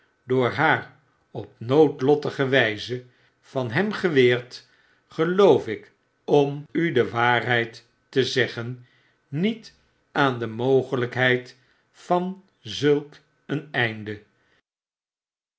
door haar op noodlottige wyze van hem geweerd geloof ik om u de waarheid te zeggen niet aan de mogelykheid van zulk een einde